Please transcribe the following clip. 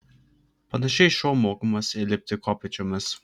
panašiai šuo mokomas ir lipti kopėčiomis